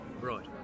Right